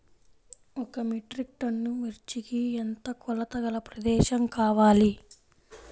ఒక metric tonne మిర్చికి ఎంత కొలతగల ప్రదేశము కావాలీ?